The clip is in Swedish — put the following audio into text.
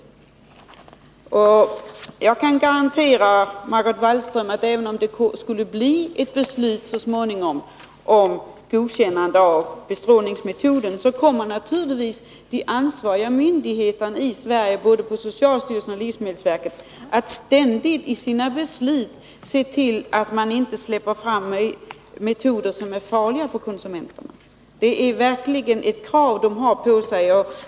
12 november 1981 Jag kan garantera Margot Wallström, att även om man så småningom skulle fatta beslut om ett godkännande av bestrålningsmetoden, kommer ändå de ansvariga myndigheterna i Sverige — socialstyrelsen och livsmedels verket — naturligtvis att ständigt i sina beslut se till att metoder som är farliga för konsumenterna inte släpps fram. Det kravet har de verkligen på sig.